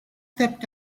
stepped